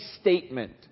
statement